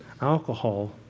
alcohol